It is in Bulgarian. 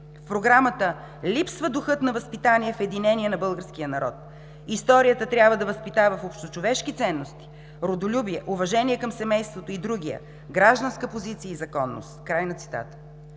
програмата липсва духът на възпитание в единение на българския народ. Историята трябва да възпитава в общочовешки ценности, родолюбие, уважение към семейството и други, гражданска позиция и законност“ – край на цитата.